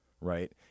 Right